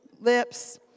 lips